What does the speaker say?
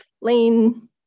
lane